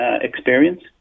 experience